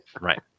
Right